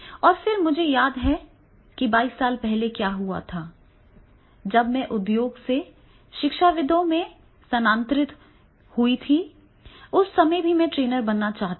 और फिर मुझे याद है कि बाईस साल पहले क्या हुआ था जब मैं उद्योग से शिक्षाविदों में स्थानांतरित हो गया था उस समय भी मैं ट्रेनर बनना चाहता था